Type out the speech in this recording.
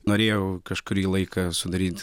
norėjau kažkurį laiką sudaryt